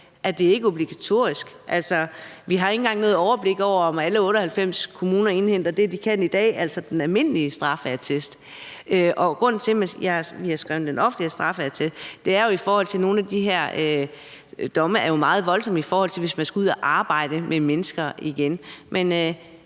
at det ikke er obligatorisk. Altså, vi har ikke engang noget overblik over, om alle 98 kommuner indhenter det, de kan i dag – altså den almindelige straffeattest. Grunden til, at vi har skrevet den offentlige straffeattest i forslaget, er, at nogle af de her domme jo er meget voldsomme, hvis det er sådan, at man skal ud at arbejde med mennesker igen.